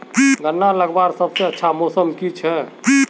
गन्ना लगवार सबसे अच्छा मौसम की छे?